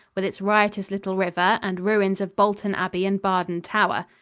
with its riotous little river and ruins of bolton abbey and barden tower.